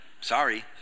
Sorry